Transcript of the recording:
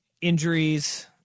injuries